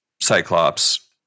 Cyclops